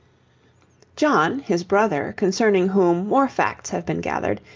john, his brother, concerning whom more facts have been gathered,